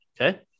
Okay